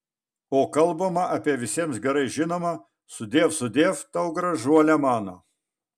o kalbama apie visiems gerai žinomą sudiev sudiev tau gražuole mano